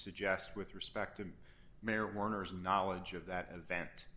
suggest with respect to mayor warner's knowledge of that event